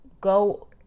go